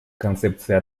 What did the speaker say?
концепцией